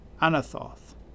Anathoth